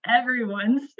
everyone's